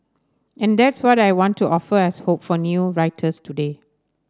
and that's what I want to offer as hope for new writers today